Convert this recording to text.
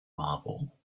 marble